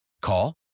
Call